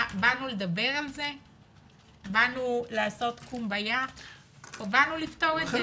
מה, באנו לדבר על זה או באנו לפתור את זה?